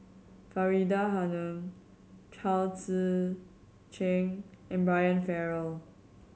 Faridah Hanum Chao Tzee Cheng and Brian Farrell